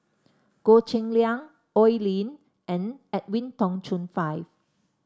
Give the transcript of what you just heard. Goh Cheng Liang Oi Lin and Edwin Tong Chun Fai